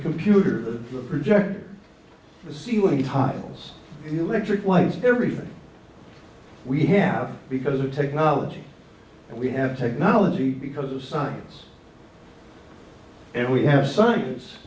computer the project the ceiling tiles the electric lights everything we have because of technology we have technology because of science and we have science